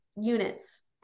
units